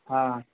ہاں